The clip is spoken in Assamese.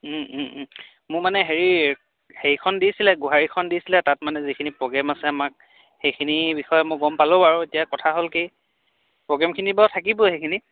মোক মানে হেৰি হেৰিখন দিছিলে গোহাৰীখন দিছিলে তাত মানে যিখিনি প্ৰগ্ৰেম আছে আমাক সেইখিনিৰ বিষয়ে মই গম পালোঁ বাৰু এতিয়া কথা হ'ল কি প্ৰগ্ৰেমখিনিৰ বাাৰু থাকিবই সেইখিনি